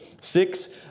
Six